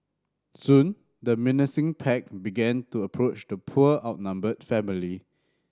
soon the menacing pack began to approach the poor outnumbered family